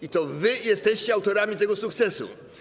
I to wy jesteście autorami tego sukcesu.